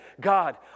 God